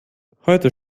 heute